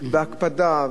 וזה היה בהקפדה,